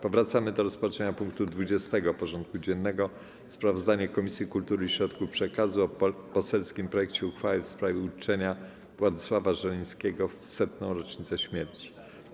Powracamy do rozpatrzenia punktu 20. porządku dziennego: Sprawozdanie Komisji Kultury i Środków Przekazu o poselskim projekcie uchwały w sprawie uczczenia Władysława Żeleńskiego w setną rocznicę śmierci.